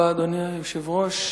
אדוני היושב-ראש,